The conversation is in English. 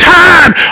time